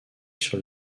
sur